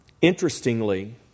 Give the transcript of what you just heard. Interestingly